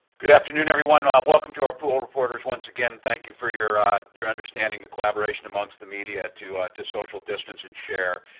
good afternoon, everyone, welcome to our pool of reporters, once again thank you for your your understanding the collaboration amongst the media to to social distance and share.